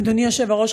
אדוני היושב-ראש,